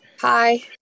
Hi